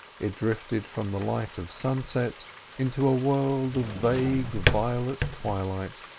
it drifted from the light of sunset into a world of vague violet twilight,